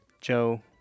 Joe